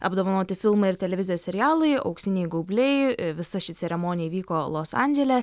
apdovanoti filmai ir televizijos serialai auksiniai gaubliai visa ši ceremonija vyko los andžele